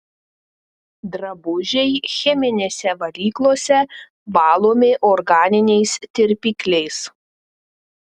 drabužiai cheminėse valyklose valomi organiniais tirpikliais